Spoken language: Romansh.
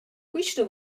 quista